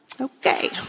okay